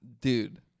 dude